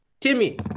Timmy